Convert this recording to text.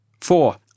Four